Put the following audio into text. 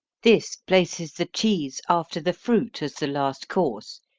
this places the cheese after the fruit, as the last course,